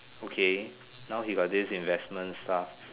okay now he got this investment stuff